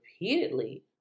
repeatedly